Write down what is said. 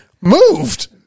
moved